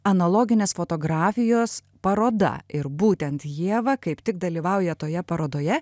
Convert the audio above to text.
analoginės fotografijos paroda ir būtent ieva kaip tik dalyvauja toje parodoje